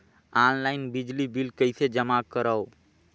Online बिजली bill कइसे जमा करव?